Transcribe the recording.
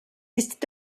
ist